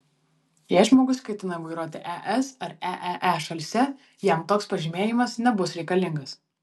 jei žmogus ketina vairuoti es ar eee šalyse jam toks pažymėjimas nebus reikalingas